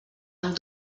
amb